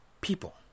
people